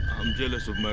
i'm jealous of my